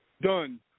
done